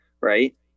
Right